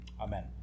amen